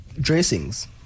dressings